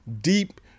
deep